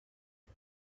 mur